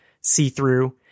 see-through